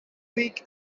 week